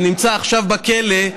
שנמצא עכשיו בכלא,